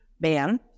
ban